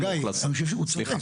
לא, חגי, הוא צודק.